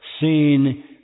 seen